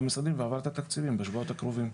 המשרדים בוועדת התקציבים בשבועות הקרובים.